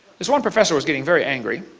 this one professor was getting very angry.